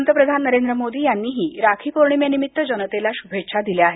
पंतप्रधान नरेंद्र मोदी यांनीही राखीपौर्णिमेनिमित्त जनतेला शुभेच्छा दिल्या आहेत